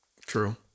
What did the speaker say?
True